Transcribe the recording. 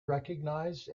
recognized